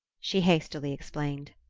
she hastily explained.